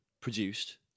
produced